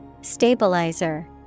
Stabilizer